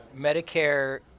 Medicare